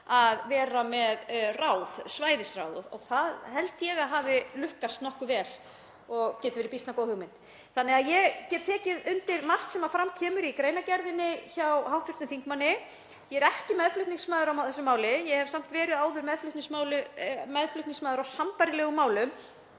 að vera með ráð, svæðisráð. Það held ég að hafi lukkast nokkuð vel og geti verið býsna góð hugmynd. Ég get tekið undir margt sem fram kemur í greinargerðinni hjá hv. þingmanni. Ég er ekki meðflutningsmaður á þessu máli en hef samt verið áður meðflutningsmaður á sambærilegum málum